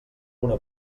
una